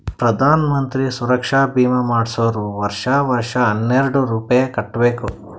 ಪ್ರಧಾನ್ ಮಂತ್ರಿ ಸುರಕ್ಷಾ ಭೀಮಾ ಮಾಡ್ಸುರ್ ವರ್ಷಾ ವರ್ಷಾ ಹನ್ನೆರೆಡ್ ರೂಪೆ ಕಟ್ಬಬೇಕ್